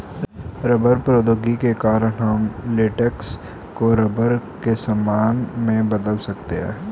rubber प्रौद्योगिकी के कारण हम लेटेक्स को रबर के सामान में बदल सकते हैं